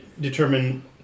determine